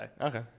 Okay